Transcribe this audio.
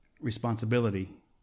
Responsibility